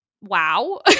Wow